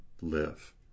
live